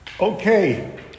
Okay